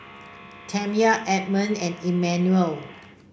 Tamya Edmond and Emmanuel